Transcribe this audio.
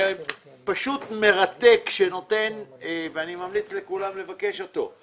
פשוט מרתק ואני ממליץ לכולם לבקש אותו,